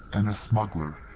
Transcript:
and a smuggler.